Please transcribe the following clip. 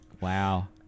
Wow